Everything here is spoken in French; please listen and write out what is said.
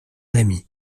rémy